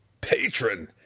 Patron